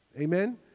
Amen